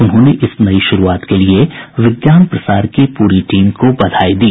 उन्होंने इस नई शुरूआत के लिए विज्ञान प्रसार की पूरी टीम को बधाई दी